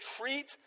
treat